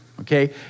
Okay